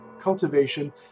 cultivation